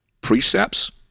precepts